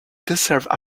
deserve